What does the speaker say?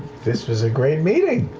this was a great meeting.